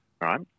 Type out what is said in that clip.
right